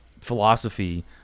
philosophy